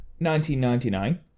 1999